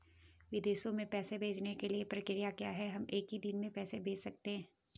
विदेशों में पैसे भेजने की प्रक्रिया क्या है हम एक ही दिन में पैसे भेज सकते हैं?